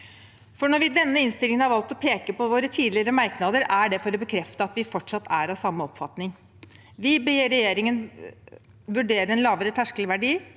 For når vi i denne innstillingen har valgt å peke på våre tidligere merknader, er det for å bekrefte at vi fortsatt er av samme oppfatning. Vi ber regjeringen vurdere en lavere terskelverdi,